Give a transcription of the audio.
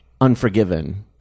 unforgiven